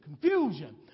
confusion